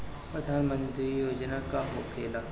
प्रधानमंत्री योजना का होखेला?